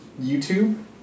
YouTube